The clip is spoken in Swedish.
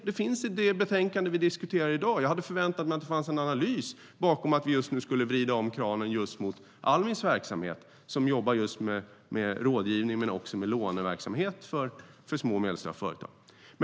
Den finns inte i det betänkande vi diskuterar i dag. Jag hade förväntat mig en analys bakom att vi just nu skulle vrida om kranen för Almis verksamhet, som alltså handlar om rådgivning och låneverksamhet för små och medelstora företag.